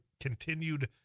continued